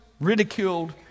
ridiculed